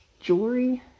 Jewelry